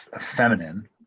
feminine